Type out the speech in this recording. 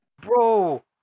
bro